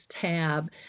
tab